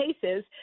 cases